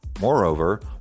Moreover